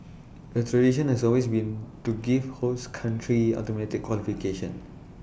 the tradition has always been to give host country automatic qualification